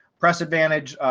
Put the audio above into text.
press advantage,